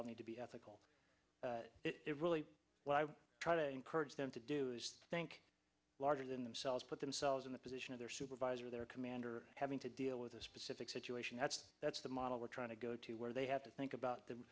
all need to be ethical it really well i try to encourage them to do is think larger than themselves put themselves in the position of their supervisor their commander having to deal with a specific situation that's that's the model we're trying to go to where they have to think about the